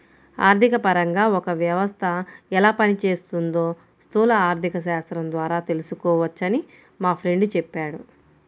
ఆర్థికపరంగా ఒక వ్యవస్థ ఎలా పనిచేస్తోందో స్థూల ఆర్థికశాస్త్రం ద్వారా తెలుసుకోవచ్చని మా ఫ్రెండు చెప్పాడు